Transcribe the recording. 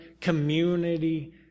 Community